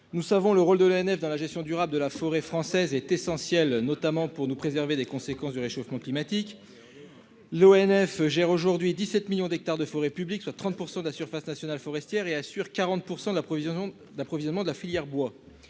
national des forêts (ONF) dans la gestion durable de la forêt française est essentiel, notamment pour nous préserver des conséquences du réchauffement climatique. L'ONF gère 17 millions d'hectares de forêt publique, soit 30 % de la surface forestière nationale, et assure 40 % de l'approvisionnement de la filière bois.